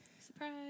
Surprise